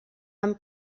amb